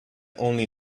only